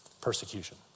Persecution